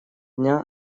дня